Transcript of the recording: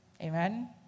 Amen